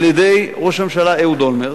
על-ידי ראש הממשלה אהוד אולמרט,